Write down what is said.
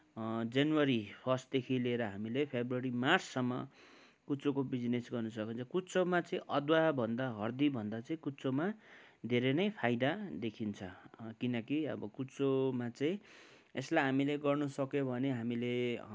जनवरी फर्स्टदेखि लिएर हामीले फेब्रुअरी मार्चसम्म कुचोको बिजिनेस गर्न सकिन्छ कुचोमा चाहिँ अदुवाभन्दा हर्दीभन्दा चाहिँ कुचोमा धेरै नै फाइदा देखिन्छ किनकि अब कुचोमा चाहिँ यसलाई हामीले गर्न सक्यौँ भने हामीले